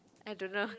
I don't know